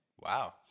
Wow